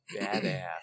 Badass